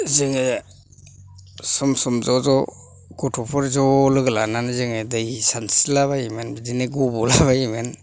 जोङो सम सम ज' ज' गथ'फोर ज' लोगो लानानै जोङो दै सानस्रिलाबायोमोन बिदिनो गब'लाबायोमोन